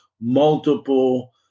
multiple